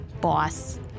boss